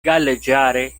galleggiare